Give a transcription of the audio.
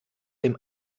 dem